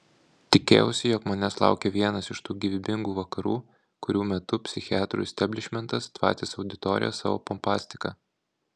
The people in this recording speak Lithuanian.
tikėjausi jog manęs laukia vienas iš tų gyvybingų vakarų kurių metu psichiatrų isteblišmentas tvatys auditoriją savo pompastika